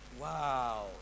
Wow